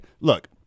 Look